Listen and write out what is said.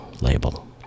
label